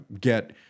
get